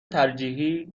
ترجیحی